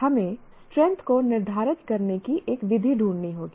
तो हमें स्ट्रैंथ को निर्धारित करने की एक विधि ढूंढनी होगी